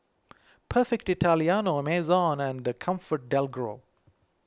Perfect Italiano Amazon and ComfortDelGro